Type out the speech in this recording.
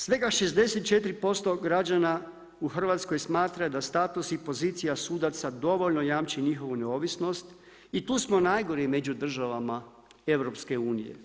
Svega 64% građana u Hrvatskoj smatra da status i pozicija sudaca dovoljno jamči njihovu neovisnost i tu smo najgori među državama EU.